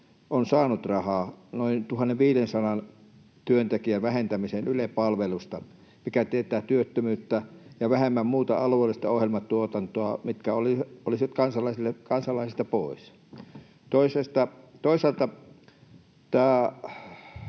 on saanut rahaa, noin 1 500 työntekijän vähentämistä Ylen palveluista, mikä tietäisi työttömyyttä ja vähemmän alueellista ohjelmatuotantoa, mikä olisi kansalaisilta pois. Toisaalta tämä